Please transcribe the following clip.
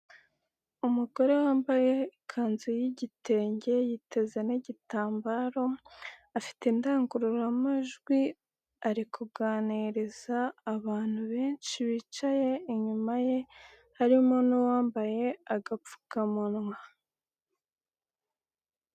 Umugore wambaye ikanzu y'igitenge yiteza n'igitambaro, afite indangururamajwi ari kuganiriza abantu benshi bicaye inyuma ye harimo n'uwambaye agapfukamunwa.